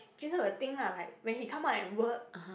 jun sheng will think lah like when he come out and work